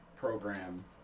Program